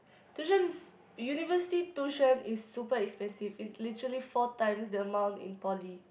tuition f~ university tuition is super expensive it's literally four times the amount in poly